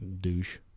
Douche